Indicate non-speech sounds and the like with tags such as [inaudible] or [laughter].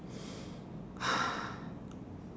[noise]